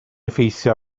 effeithio